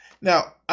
Now